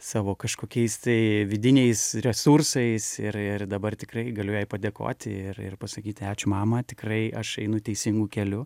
savo kažkokiais tai vidiniais resursais ir ir dabar tikrai galiu jai padėkoti ir ir pasakyti ačiū mama tikrai aš einu teisingu keliu